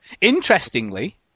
Interestingly